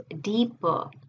deeper